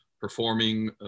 performing